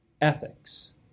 ethics